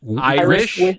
Irish